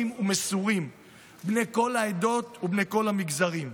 ומסורים בני כל העדות ובני כל המגזרים.